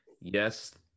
yes